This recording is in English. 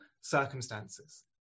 circumstances